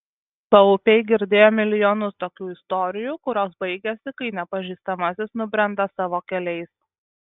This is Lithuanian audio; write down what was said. paupiai girdėjo milijonus tokių istorijų kurios baigiasi kai nepažįstamasis nubrenda savo keliais